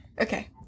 Okay